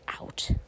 out